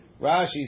Rashi